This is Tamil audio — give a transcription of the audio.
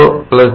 n